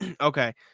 Okay